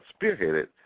spearheaded